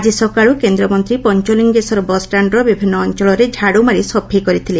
ଆଜି ସକାଳୁ କେନ୍ଦ୍ରମନ୍ତୀ ପଞ୍ଚଲିଙେଶ୍ୱର ବସ୍ଷାଣ୍ଡର ବିଭିନ୍ନ ଅଞ୍ଞଳରେ ଝାଡୁ ମାରି ସଫେଇ କରିଥିଲେ